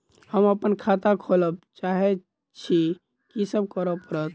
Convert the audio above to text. हम अप्पन खाता खोलब चाहै छी की सब करऽ पड़त?